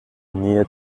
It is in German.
nähe